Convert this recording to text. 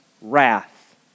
wrath